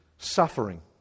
suffering